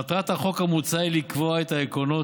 מטרת החוק המוצע היא לקבוע את העקרונות